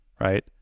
right